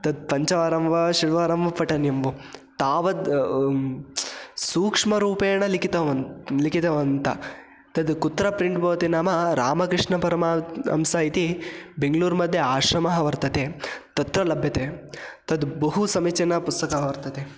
तत् पञ्चवारं वा षड्वारं वा पठनीयं भोः तावत् सूक्ष्मरूपेण लिखितवान् लिखितवन्तः तत् कुत्र प्रिण्ट् भवति नाम रामकृष्णपरमहसः इति बेङ्ग्लूर् मध्ये आश्रमः वर्तते तत्र लभ्यते तत् बहु समीचीनं पुस्तकं वर्तते